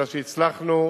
אלא שהצלחנו,